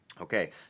Okay